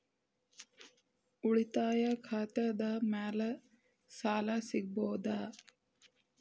ಉಳಿತಾಯ ಖಾತೆದ ಮ್ಯಾಲೆ ಸಾಲ ಸಿಗಬಹುದಾ?